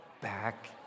Back